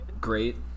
great